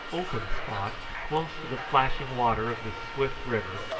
open spot, close to the flashing water of the swift river,